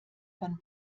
von